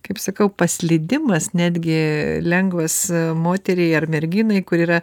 kaip sakau paslydimas netgi lengvas moteriai ar merginai kuri yra